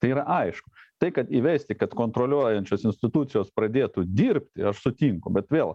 tai yra aišku tai kad įvesti kad kontroliuojančios institucijos pradėtų dirbti aš sutinku bet vėl